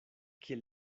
kiel